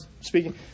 speaking